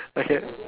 okay